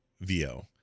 VO